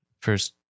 first